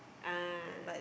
ah